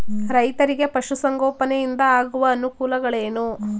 ರೈತರಿಗೆ ಪಶು ಸಂಗೋಪನೆಯಿಂದ ಆಗುವ ಅನುಕೂಲಗಳೇನು?